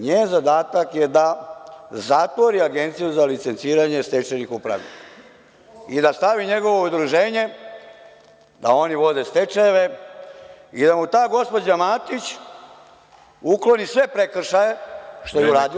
Njen zadatak je da zatvori Agenciju za licenciranje stečajnih upravnika i da stavi njegovo udruženje da oni vode stečajeve i da mu ta gospođa Matić ukloni sve prekršaje, što je i uradila…